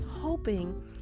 hoping